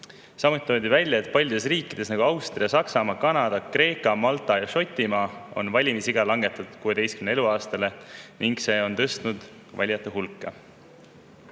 Samuti toodi välja, et paljudes riikides, nagu Austria, Saksamaa, Kanada, Kreeka, Malta ja Šotimaa on valimisiga langetatud 16. eluaastale ning see on tõstnud valijate hulka.